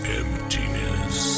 emptiness